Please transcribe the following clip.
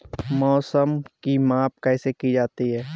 मौसम की माप कैसे की जाती है?